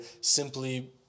simply